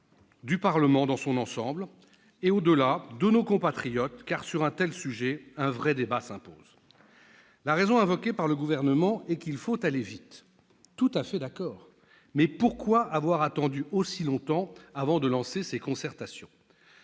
du Parlement dans son ensemble et, au-delà, de nos compatriotes, car, sur un tel sujet, un vrai débat s'impose ? La raison invoquée par le Gouvernement est qu'il faut aller vite. Tout à fait d'accord, mais pourquoi avoir attendu aussi longtemps avant de lancer les concertations ?